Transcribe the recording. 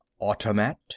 Automat